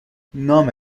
نام